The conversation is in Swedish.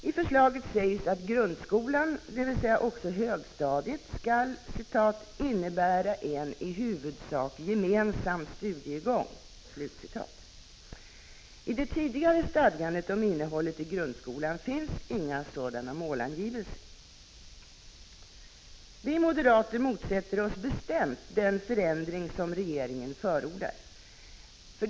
I förslaget sägs att grundskolan, dvs. även högstadiet, skall innebära ”en i huvudsak gemensam studiegång”. I det tidigare stadgandet om innehållet i grundskolan finns det inte några sådana målangivelser. Vi moderater motsätter oss bestämt den förändring som regeringen förordar.